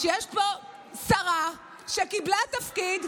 שיש פה שרה שקיבלה תפקיד,